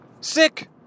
Sick